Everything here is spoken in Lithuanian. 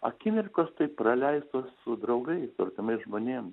akimirkos tai praleistos su draugais su artimais žmonėm